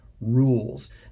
rules